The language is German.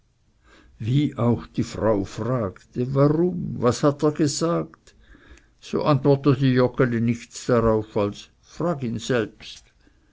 wie auch die frau fragte warum was hat er gesagt so antwortete joggeli nichts darauf als frag ihn selbst